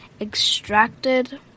extracted